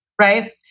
right